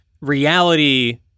reality